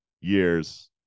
years